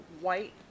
white